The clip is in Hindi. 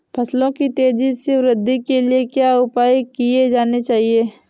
फसलों की तेज़ी से वृद्धि के लिए क्या उपाय किए जाने चाहिए?